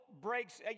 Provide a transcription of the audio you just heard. breaks